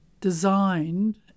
designed